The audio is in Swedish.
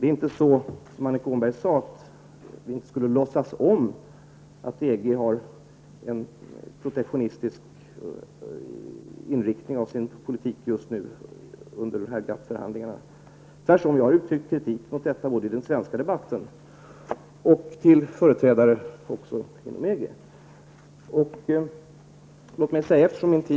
Det är inte så, som Annika Åhnberg sade, att vi inte skulle låtsas om att EG har en protektionistisk inriktning av sin politik just nu under GATT-förhandlingarna. Jag har tvärtom kritiserat detta både i den svenska debatten och hos företrädare för EG.